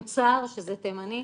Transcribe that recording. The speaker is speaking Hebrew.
מוצהר שזה תימני,